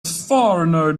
foreigner